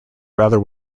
rather